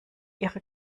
ihre